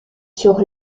sur